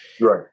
Right